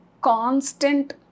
constant